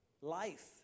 life